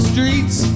streets